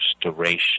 duration